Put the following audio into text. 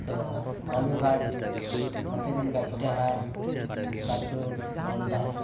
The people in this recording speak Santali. ᱛᱚ ᱵᱟᱞᱩᱨ ᱜᱷᱟᱴ ᱱᱚᱛᱮ ᱢᱮᱱᱠᱷᱟᱱ ᱤᱴᱟᱹᱦᱟᱨ ᱪᱟᱪᱚᱞ ᱢᱟᱞᱫᱟ